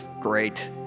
great